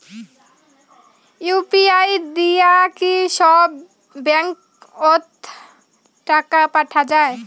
UPI দিয়া কি সব ব্যাংক ওত টাকা পাঠা যায়?